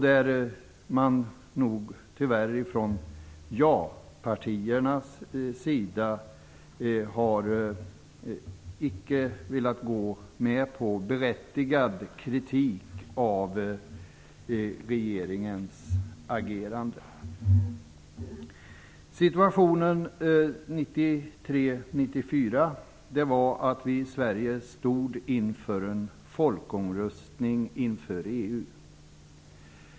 Där har man från ja-partiernas sida icke velat gå med på berättigad kritik av regeringens agerande. Situationen 1993-1994 var att vi i Sverige stod inför en folkomröstning om EU-medlemskap.